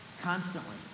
constantly